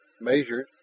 measured